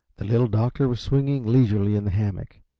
the little doctor was swinging leisurely in the hammock.